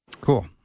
Cool